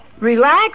Relax